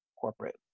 corporate